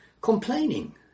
complaining